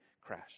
crash